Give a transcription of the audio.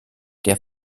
der